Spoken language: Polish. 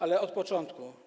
Ale od początku.